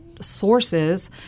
sources